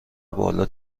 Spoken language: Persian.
بالا